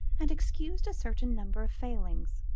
and excused a certain number of failings.